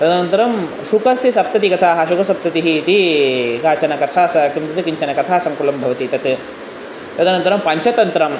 तदनन्तरं शुकस्य सप्ततिः कथाः शुकसप्ततिः इति काचन कथा सा किं तद् किञ्चन कथासङ्कुलं भवति तत् तदनन्तरं पञ्चतन्त्रम्